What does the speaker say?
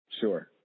Sure